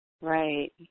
right